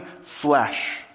flesh